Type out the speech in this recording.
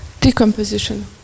decomposition